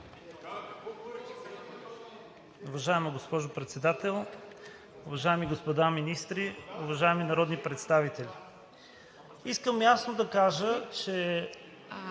Уважаема госпожо Председател, уважаеми господа министри, уважаеми народни представители! Искам ясно да кажа, че